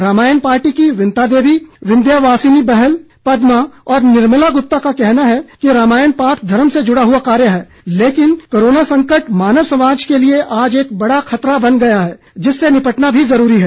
Ramayan party की बिंता देवी विंध्यावासिनी बहल पदमा और निर्मला गुप्ता का कहना है कि रामायण पाठ धर्म से जुड़ा हुआ कार्य है लेकिन कोरोना संकट मानव समाज के लिए आज एक बड़ा खतरा बन गया है जिससे निपटना भी जरूरी है